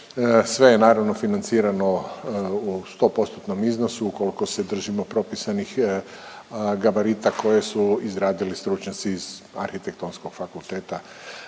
sve je, naravno financirano u 100 postotnom iznosu koliko se držimo propisanih gabarita koje su izradili stručnjaci iz Arhitektonskog fakulteta.